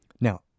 Now